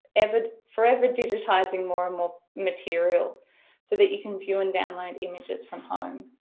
ever, forever digitizing more and more material so that you can view and download images from home.